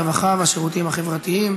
הרווחה והשירותים החברתיים